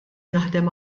naħdem